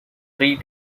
three